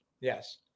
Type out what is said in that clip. Yes